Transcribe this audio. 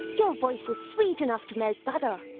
your voice is sweet enough to melt butter.